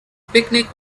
picnic